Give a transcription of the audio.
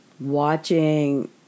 watching